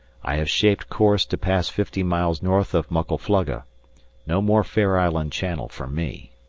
i have shaped course to pass fifty miles north of muckle flugga no more fair island channel for me.